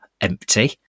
empty